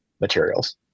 materials